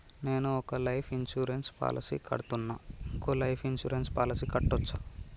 నేను ఒక life insurance policy కడ్తున్నా, ఇంకో లైఫ్ ఇన్సూరెన్స్ పాలసీ కట్టొచ్చా?